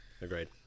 agreed